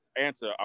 answer